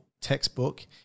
textbook